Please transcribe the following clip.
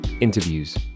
interviews